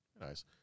nice